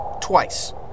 Twice